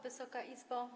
Wysoka Izbo!